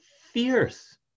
fierce